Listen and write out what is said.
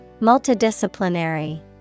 Multidisciplinary